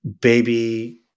baby